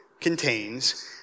contains